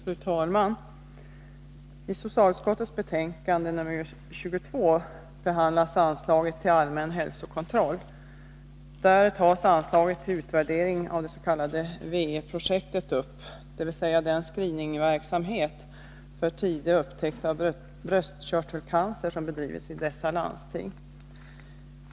Fru talman! I socialutskottets betänkande nr 22 behandlas anslaget till allmän hälsokontroll. Där tas anslaget till utvärdering av det s.k. W-E-projektet upp, dvs. den screeningverksamhet för tidig upptäckt av bröstkörtelcancer som bedrivits i dessa landsting.